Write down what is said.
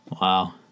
Wow